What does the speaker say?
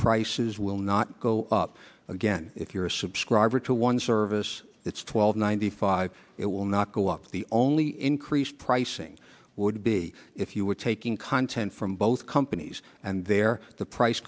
prices will not go up again if you're a subscriber to one service it's twelve ninety five it will not go up the only increased pricing would be if you were taking content from both companies and there the price